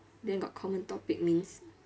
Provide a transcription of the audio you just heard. then got common topic means